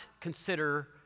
consider